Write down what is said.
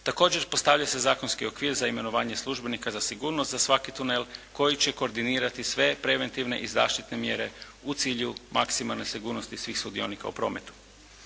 Također postavlja se zakonski okvir za imenovanje službenika za sigurnost za svaki tunel koji će koordinirati sve preventivne i zaštitne mjere u cilju maksimalne sigurnosti svih sudionika u prometu.